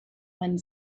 wind